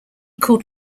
called